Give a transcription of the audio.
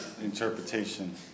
interpretation